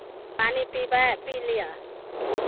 पानि पिबै पी लिअ